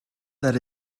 that